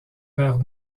vers